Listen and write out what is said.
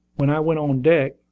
when i went on deck,